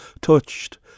touched